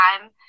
time